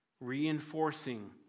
reinforcing